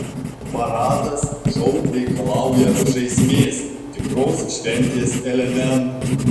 paradas šou reikalauja žaismės tikros šventės elementų